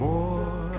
More